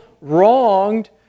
wronged